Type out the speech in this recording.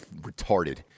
retarded